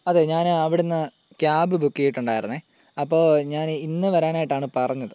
അതെ ഞാനവിടുന്ന് cab book ചെയ്തിട്ടുണ്ടായിരുന്നു അപ്പോൾ ഞാൻ ഇന്ന് വരാനായിട്ടാണ് പറഞ്ഞത്